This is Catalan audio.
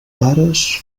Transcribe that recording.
pares